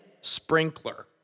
sprinkler